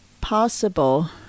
possible